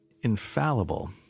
infallible